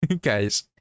Guys